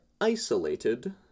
isolated